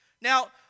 Now